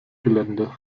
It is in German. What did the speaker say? gelände